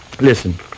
listen